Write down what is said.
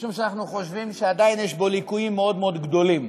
משום שאנחנו חושבים שעדיין יש בו ליקויים מאוד מאוד גדולים.